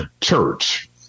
church